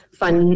fun